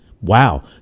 wow